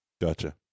Gotcha